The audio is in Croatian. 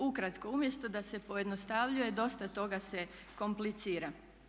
Ukratko, umjesto da se pojednostavljuje dosta toga se komplicira.